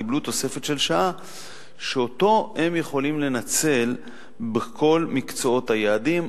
קיבלו תוספת של שעה שאותה הם יכולים לנצל בכל מקצועות היעדים,